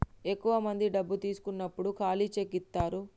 ఎక్కువ మంది డబ్బు తీసుకున్నప్పుడు ఖాళీ చెక్ ఇత్తారు